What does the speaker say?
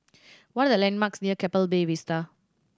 what are the landmarks near Keppel Bay Vista